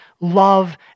love